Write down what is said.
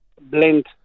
blend